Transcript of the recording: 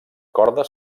corda